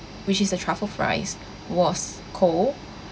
which is the truffle fries was cold